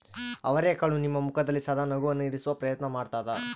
ಅವರೆಕಾಳು ನಿಮ್ಮ ಮುಖದಲ್ಲಿ ಸದಾ ನಗುವನ್ನು ಇರಿಸುವ ಪ್ರಯತ್ನ ಮಾಡ್ತಾದ